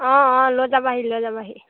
অঁ অঁ লৈ যাবাহি লৈ যাবাহি